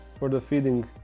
for the feeding.